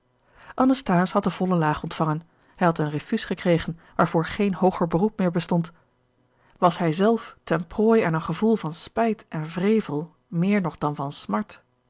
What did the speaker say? anasthase had de volle laag ontvangen hij had een refus gekregen waarvoor geen hooger beroep meer bestond was hij zelf ten prooi aan een gevoel van spijt en wrevel meer nog dan van smart